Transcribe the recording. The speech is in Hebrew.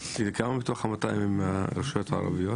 גם לעמדות השירות הוספנו שירותים נוספים שהם לאו דווקא